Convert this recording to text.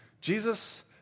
Jesus